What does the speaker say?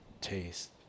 taste